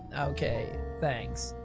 ok thanks.